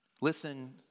listen